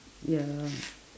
ya